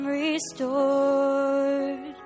restored